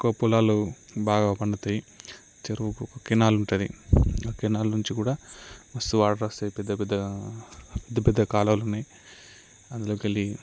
ఎక్కువ పొలాలు బాగా పండుతాయి చెరువుకు కెనాల్ ఉంటుంది ఆ కెనాల్ నుంచి కూడా మస్త్ వాటర్ వస్తాయి పెద్ద పెద్దగా పెద్ద పెద్ద కాలువలు ఉన్నాయి అందులోకి వెళ్ళి